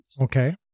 Okay